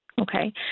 Okay